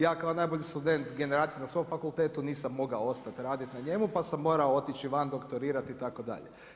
Ja kao najbolji student generacije na svom fakultetu nisam mogao ostat radit na njemu, pa sam morao otići van doktorirati itd.